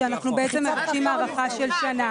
שאנחנו מבקשים הארכה של שנה.